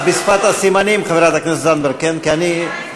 אז בשפת הסימנים, חברת הכנסת זנדברג, כי אני,